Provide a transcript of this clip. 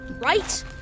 Right